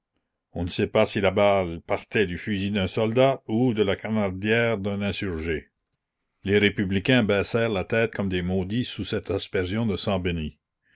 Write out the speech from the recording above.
on ne sait pas si la balle partait du fusil d'un soldat ou de la canardière d'un insurgé les républicains baissèrent la tête comme des maudits sous cette aspersion de sang bénit